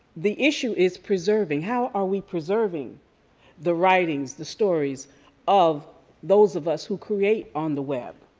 the issue is preserving. how are we preserving the writings, the stories of those of us who create on the web?